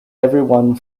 everyone